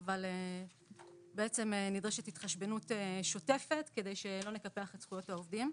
אבל נדרשת התחשבנות שוטפת כדי שלא נקפח את זכויות העובדים.